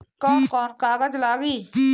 कौन कौन कागज लागी?